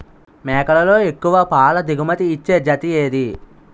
మేకలలో ఎక్కువ పాల దిగుమతి ఇచ్చే జతి ఏది?